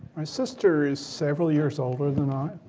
my sister is several years older than i.